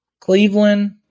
Cleveland